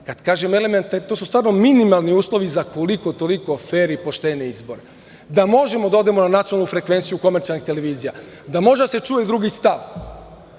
kada kažem elementarni to su stvarno minimalni uslovi za koliko toliko fer i poštene izbore, da možemo da odemo na nacionalnu frekvenciju komercijalni televizija, da može da se čuje drugi stav,